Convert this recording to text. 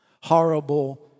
Horrible